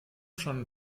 schon